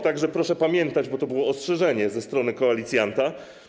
Tak że proszę pamiętać, bo to było ostrzeżenie ze strony koalicjanta.